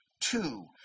Two